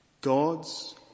God's